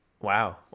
Wow